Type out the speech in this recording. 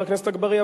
חבר הכנסת אגבאריה,